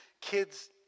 kids